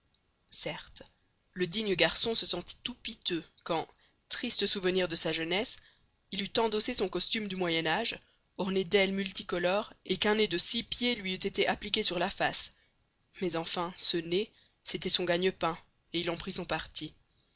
certes le digne garçon se sentit tout piteux quand triste souvenir de sa jeunesse il eut endossé son costume du moyen age orné d'ailes multicolores et qu'un nez de six pieds lui eut été appliqué sur la face mais enfin ce nez c'était son gagne-pain et il en prit son parti